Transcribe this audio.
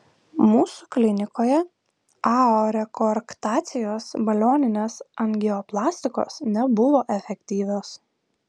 mūsų klinikoje ao rekoarktacijos balioninės angioplastikos nebuvo efektyvios